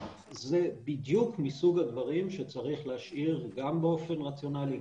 זה בדיוק מסוג הדברים שצריך להשאיר גם באופן רציונלי,